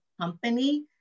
company